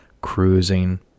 Cruising